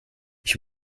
ich